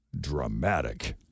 Dramatic